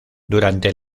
durante